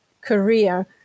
career